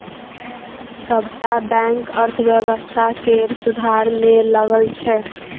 सबटा बैंक अर्थव्यवस्था केर सुधार मे लगल छै